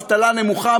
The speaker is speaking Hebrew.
אבטלה נמוכה,